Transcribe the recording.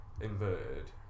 inverted